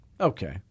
Okay